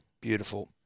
Beautiful